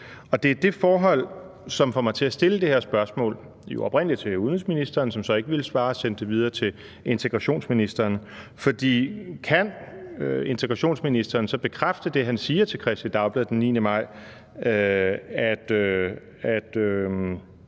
Det er det forhold, som får mig til at stille det her spørgsmål jo oprindelig til udenrigsministeren, som så ikke ville svare og sendte det videre til udlændinge- og integrationsministeren: Kan udlændinge- og integrationsministeren så bekræfte det, han siger til Kristeligt Dagblad den 9. maj, altså